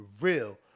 real